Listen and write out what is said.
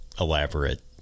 elaborate